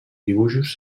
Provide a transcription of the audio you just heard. dibuixos